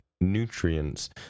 nutrients